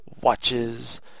watches